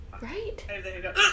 Right